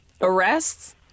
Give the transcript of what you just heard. Arrests